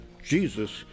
Jesus